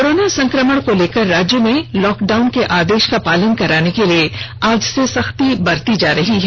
corona संक्रमण को लेकर राज्य में लॉकडाउन के आदेश का पालन कराने के लिए आज से सख्ती बरती जायेगी